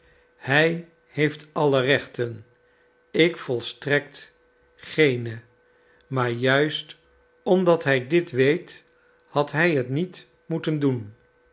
hij heeft alle rechten ik volstrekt geene maar juist omdat hij dit weet had hij het niet moeten doen